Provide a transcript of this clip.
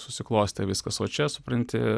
susiklostę viskas o čia supranti